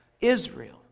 Israel